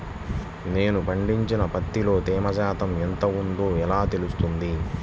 నేను పండించిన పత్తిలో తేమ శాతం ఎంత ఉందో ఎలా తెలుస్తుంది?